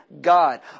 God